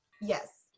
Yes